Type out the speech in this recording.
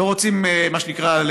לא רוצים, מה שנקרא,